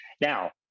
Now